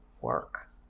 work